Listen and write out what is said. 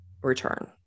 return